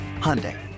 Hyundai